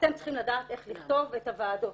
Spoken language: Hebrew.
אתם צריכים לדעת איך לכתוב את הוועדות".